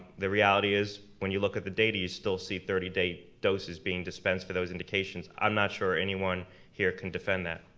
the reality is, when you look at the data, you still see thirty day doses being dispensed for those indications. i'm not sure anyone here can defend that.